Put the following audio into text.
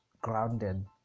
grounded